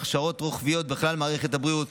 הכשרות רוחביות בכלל מערכת הבריאות,